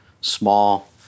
small